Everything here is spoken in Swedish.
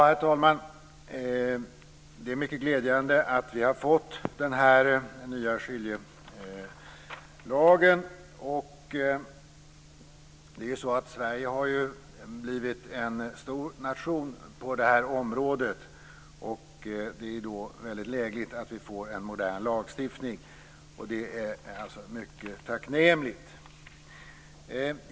Herr talman! Det är mycket glädjande att vi har fått den här nya skiljelagen. Sverige har ju blivit en stor nation på det här området. Det är då lägligt att vi får en modern lagstiftning. Det är alltså mycket tacknämligt.